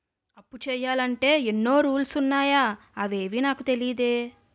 అప్పు చెయ్యాలంటే ఎన్నో రూల్స్ ఉన్నాయా అవేవీ నాకు తెలీదే